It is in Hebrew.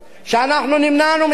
כשאנחנו נמנענו מזה,